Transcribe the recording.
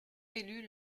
élus